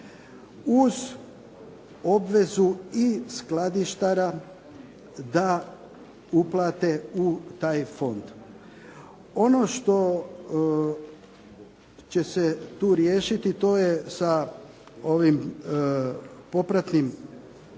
uz obvezu i skladištara da uplate u taj fond. Ono što će se tu riješiti to je sa ovim popratnim